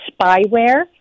spyware